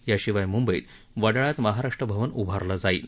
याशिवाय मुंबईत वडाळ्यात महाराष्ट्र भवन उभारलं जाईल